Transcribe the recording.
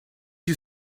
you